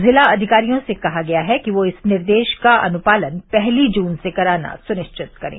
ज़िलाधिकारियों से कहा गया है कि वह इस निर्देश का अनुपालन पहली जून से कराना सुनिश्चित करें